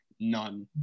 none